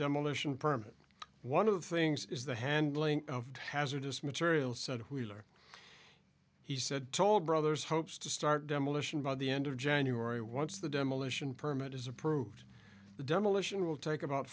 demolition permit one of the things is the handling of hazardous material said wheeler he said toll brothers hopes to start demolition by the end of january once the demolition permit is approved the demolition will take about